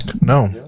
No